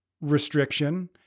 restriction